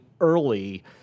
early